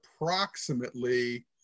approximately